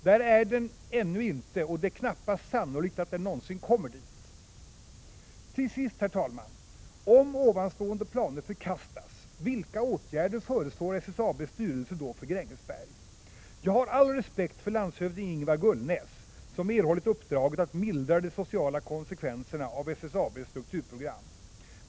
Där är kursen ännu icke, och det är inte sannolikt att den någonsin kommer dit ... Till sist, herr talman: Om dessa planer förkastas, vilka åtgärder föreslår SSAB:s styrelse då för Grängesberg? Jag har all respekt för landshövding Ingvar Gullnäs, som erhållit uppdraget att mildra de sociala konsekvenserna av SSAB:s strukturprogram.